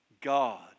God